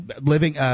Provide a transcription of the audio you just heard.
living